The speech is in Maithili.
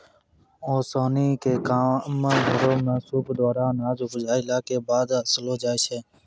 ओसौनी क काम घरो म सूप द्वारा अनाज उपजाइला कॅ बाद ओसैलो जाय छै?